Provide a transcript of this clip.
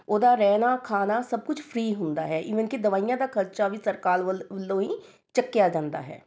ਉਹਦਾ ਰਹਿਣਾ ਖਾਣਾ ਸਭ ਕੁਝ ਫ੍ਰੀ ਹੁੰਦਾ ਹੈ ਈਵਨ ਕਿ ਦਵਾਈਆਂ ਦਾ ਖ਼ਰਚਾ ਵੀ ਸਰਕਾਰ ਵੱਲ ਵੱਲੋਂ ਹੀ ਚੱਕਿਆ ਜਾਂਦਾ ਹੈ